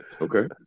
okay